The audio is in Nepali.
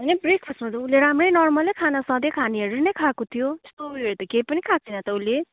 होइन ब्रेकफास्टहरू त उसले राम्रै नर्मलै खाना सधैँ खानेहरू नै खाएको थियो त्यस्तो उयोहरू त केही पनि खाएको थिएन त उसले